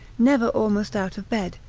never almost out of bed,